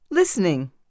Listening